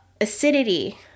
acidity